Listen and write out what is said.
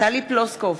טלי פלוסקוב,